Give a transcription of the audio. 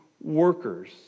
workers